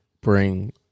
bring